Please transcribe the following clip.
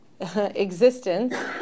existence